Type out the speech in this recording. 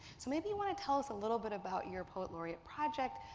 so maybe you want to tell us a little bit about your poet laureate project,